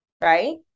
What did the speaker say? right